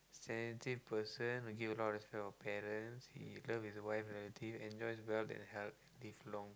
sensitive person he give a lot of respect of parents he love his wife and relative enjoys wealth and health live long